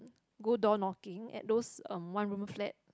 go door knocking at those um one room flat